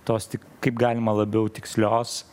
tos tik kaip galima labiau tikslios